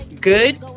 good